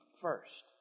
first